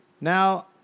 Now